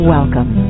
Welcome